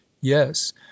yes